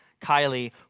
Kylie